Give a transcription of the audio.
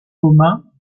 communs